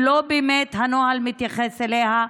שהנוהל לא באמת מתייחס אליה,